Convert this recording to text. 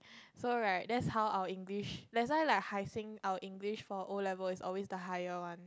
so right that's how our English that's why like Hai-Sing our English for O-level is always the higher one